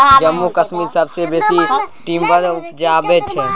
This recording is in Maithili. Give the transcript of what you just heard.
जम्मू कश्मीर सबसँ बेसी टिंबर उपजाबै छै